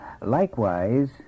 likewise